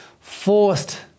forced